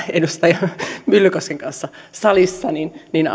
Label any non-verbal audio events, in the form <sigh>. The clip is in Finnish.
edustaja myllykosken kanssa yhdessä täällä salissa niin niin <unintelligible>